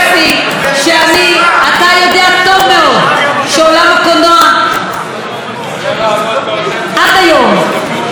אתה יודע טוב מאוד שעולם הקולנוע עד היום הוא